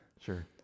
Sure